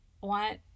want